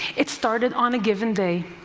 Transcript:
it started on a given day,